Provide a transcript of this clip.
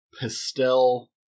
pastel